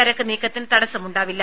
ചരക്ക് നീക്കത്തിന് തടസമുണ്ടാവില്ല